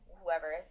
whoever